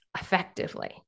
effectively